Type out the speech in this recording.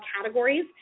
categories